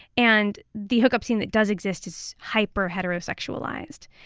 and the hookup scene that does exist is hyper-heterosexualized.